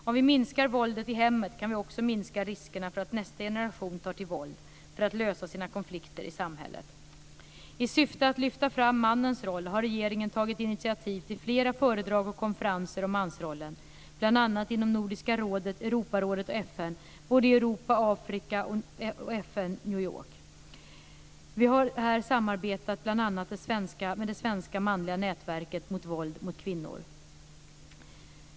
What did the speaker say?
Om vi minskar våldet i hemmet kan vi också minska riskerna för att nästa generation tar till våld för att lösa sina konflikter i samhället. I syfte att lyfta fram mannens roll har regeringen tagit initiativ till flera föredrag och konferenser om mansrollen, bl.a. inom Nordiska rådet, Europarådet och FN, både i Europa, Afrika och FN, New York. Vi har här samarbetat med bl.a. det svenska manliga nätverket mot våld mot kvinnor.